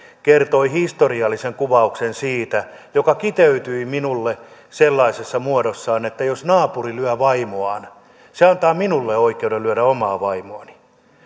kertoi siitä historiallisen kuvauksen joka kiteytyi minulle sellaisessa muodossa että jos naapuri lyö vaimoaan se antaa minulle oikeuden lyödä omaa vaimoani